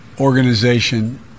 organization